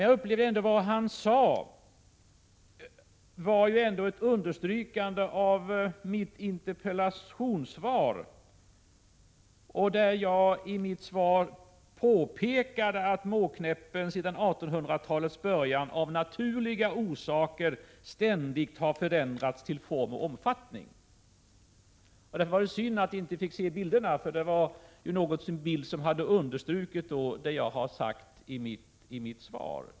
Jag upplever att det han sade var ett understrykande av mitt interpellationssvar, där jag påpekade att Måkläppen sedan 1800-talets början av naturliga orsaker ständigt har förändrats till form och omfattning. Det var synd att vi inte fick se bilderna. Det var ju någon bild som skulle ha understrukit det jag har sagt i mitt svar.